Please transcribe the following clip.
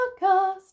podcast